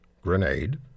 grenade